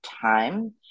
time